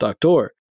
Doctor